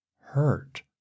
hurt